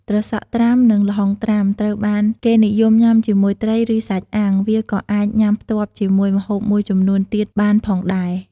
ត្រសក់ត្រាំ និងល្ហុងត្រាំ ត្រូវបានគេនិយមញ៉ាំជាមួយត្រី ឬ សាច់អាំង វាក៏អាចញុំាផ្ទាប់ជាមួយម្ហូបមួយចំនួនទៀតបានផងដែរ។